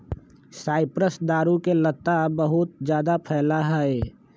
cypress दारू के लता बहुत जादा फैला हई